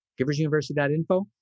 giversuniversity.info